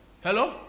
Hello